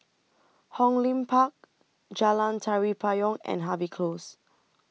Hong Lim Park Jalan Tari Payong and Harvey Close